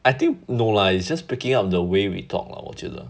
I think no lah it's just picking up the way we talk lor 我觉得